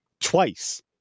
twice